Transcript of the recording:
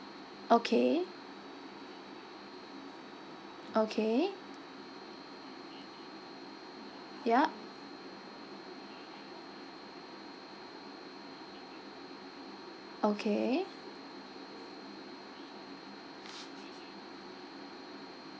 okay okay yup okay